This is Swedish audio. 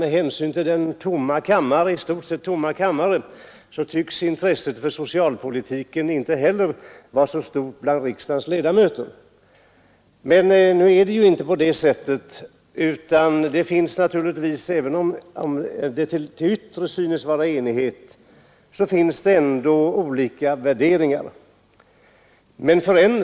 Med tanke på den i stort sett tomma kammaren tycks inte heller intresset för socialpolitiken vara så stort bland riksdagens ledamöter. Men även om det till det yttre synes råda enighet, så finns det ändå olika värderingar.